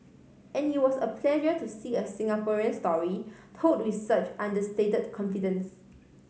and it was a pleasure to see a Singaporean story told with such understated confidence